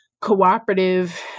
Cooperative